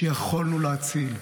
יכולנו להציל.